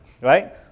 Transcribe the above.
right